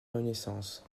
renaissance